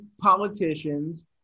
politicians